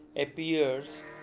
appears